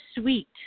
sweet